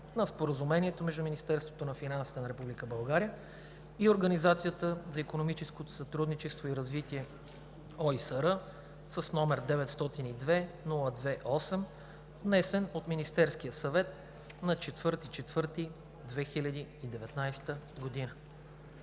на Споразумението между Министерството на финансите на Република България и Организацията за икономическо сътрудничество и развитие (ОИСР), № 902-02-8, внесен от Министерския съвет на 4 април